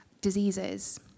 diseases